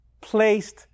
placed